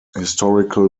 historical